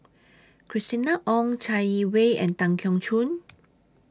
Christina Ong Chai Yee Wei and Tan Keong Choon